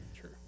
Sure